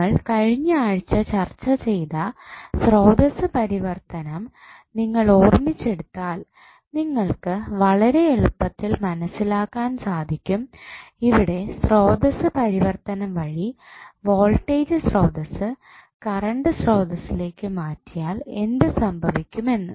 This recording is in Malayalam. നമ്മൾ കഴിഞ്ഞ ആഴ്ച ചർച്ച ചെയ്ത സ്രോതസ്സ് പരിവർത്തനം നിങ്ങൾ ഓർമിച്ച് എടുത്താൽ നിങ്ങൾക്ക് വളരെ എളുപ്പത്തിൽ മനസ്സിലാക്കാൻ സാധിക്കും ഇവിടെ സ്രോതസ്സ് പരിവർത്തനം വഴി വോൾട്ടേജ് സ്രോതസ്സ് കറണ്ട് സ്രോതസ്സ് ലേക്ക് മാറ്റിയാൽ എന്ത് സംഭവിക്കും എന്ന്